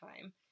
time